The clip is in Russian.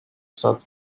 сад